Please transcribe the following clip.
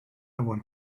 want